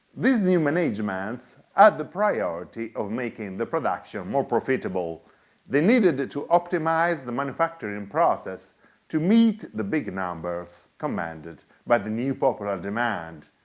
these new managements had the priority of making the production more profitable they needed to optimize the manufacturing process to meet the big numbers commanded by the new popular demand.